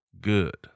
good